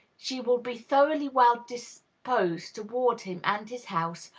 she will be thoroughly well disposed toward him and his house,